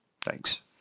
Thanks